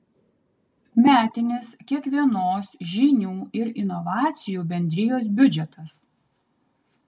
metinis kiekvienos žinių ir inovacijų bendrijos biudžetas